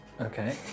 Okay